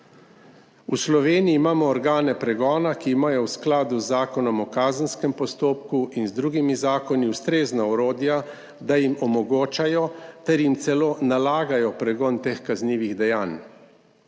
V Sloveniji imamo organe pregona, ki imajo v skladu z Zakonom o kazenskem postopku in z drugimi zakoni ustrezna orodja, da jim omogočajo ter jim celo nalagajo pregon teh kaznivih dejanj.